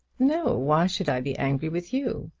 no why should i be angry with you?